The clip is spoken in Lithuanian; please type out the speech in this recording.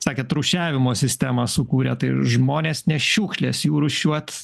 sakėt rūšiavimo sistemą sukūrėt tai žmonės ne šiukšlės jų rūšiuot